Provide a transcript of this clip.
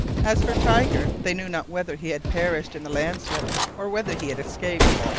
as for tiger, they knew not whether he had perished in the landslip, or whether he had escaped.